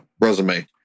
resume